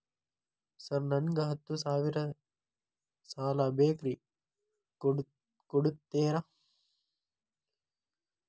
Sir ನನಗ ಹತ್ತು ಸಾವಿರ ಸಾಲ ಬೇಕ್ರಿ ಕೊಡುತ್ತೇರಾ?